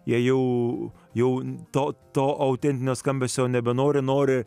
jau jau to to autentinio skambesio nebenori nori